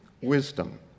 wisdom